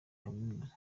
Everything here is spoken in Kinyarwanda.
kaminuza